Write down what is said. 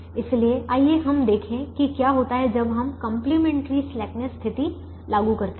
इसलिए आइए हम देखें कि क्या होता है जब हम कंप्लीमेंट्री स्लैकनेस स्थिति लागू करते हैं